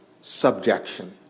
subjection